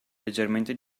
leggermente